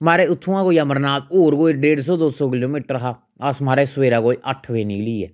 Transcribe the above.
महाराज उत्थुआं कोई अमरनाथ होर कोई डेढ सौ दो सौ किलो मीटर हा अस महाराज सवेरै कोई अट्ठ बजे निकली गे